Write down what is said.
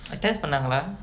test பண்ணாங்களா:pannaangalaa